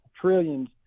trillions